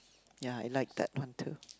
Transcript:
ya I like that one too